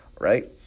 right